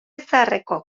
zaharreko